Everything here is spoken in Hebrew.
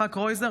יצחק קרויזר,